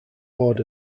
lord